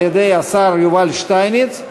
על-ידי השר יובל שטייניץ.